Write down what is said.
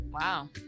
Wow